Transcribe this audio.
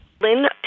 Lynn